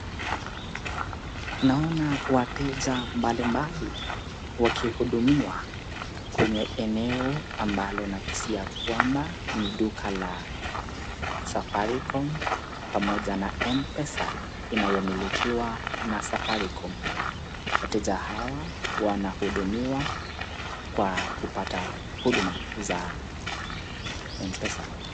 Naona wateja mbali mbali wakihudumiwa kwenye eneo ambalo nakisia kwamba, ni duka la safaricom pamoja na mpesa inayomilikiwa na safaricom, Wateja hawa wanahudumiwa kwa kupata huduma za mpesa.